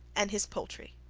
and his poultry.